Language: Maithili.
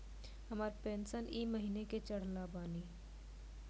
हमर पेंशन ई महीने के चढ़लऽ बानी?